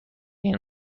این